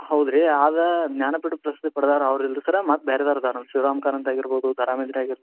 ಹೌದು ರೀ ಅದು ಜ್ಞಾನಪೀಠ ಪ್ರಶಸ್ತಿ ಪಡ್ದೋರ್ ಅವ್ರು ಇಲ್ಲ ರೀ ಸರ್ರ ಮತ್ತೆ ಬೇರೆದೋರ್ ಇದಾರ್ ನಮ್ಮ ಶಿವರಾಮ್ ಕಾರಂತ ಆಗಿರ್ಬೋದು ದ ರಾ ಬೇಂದ್ರೆ ಆಗಿರು